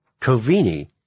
Covini